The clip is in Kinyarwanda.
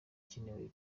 ikenewe